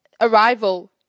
Arrival